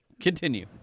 continue